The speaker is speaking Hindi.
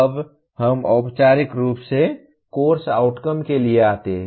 अब हम औपचारिक रूप से कोर्स आउटकम के लिए आते हैं